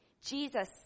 Jesus